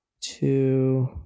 two